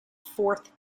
fourth